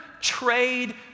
trade